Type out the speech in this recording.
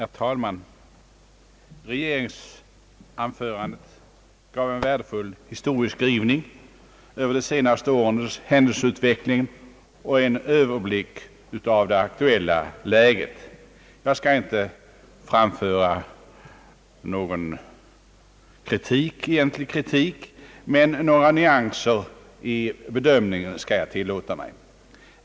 Herr talman! Regeringsanförandet gav en värdefull historisk redogörelse för de senaste årens händelseutveckling och en överblick av det aktuella läget. Jag tänker inte framföra någon egentlig kritik, men vissa nyanseringar i bedömningen skall jag tillåta mig.